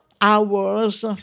hours